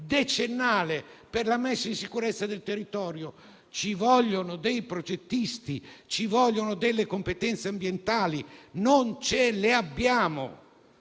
decennale, per la messa in sicurezza del territorio. Ci vogliono i progettisti, le competenze ambientali. Non le abbiamo.